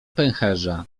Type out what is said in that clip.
pęcherza